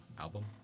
album